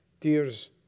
Tears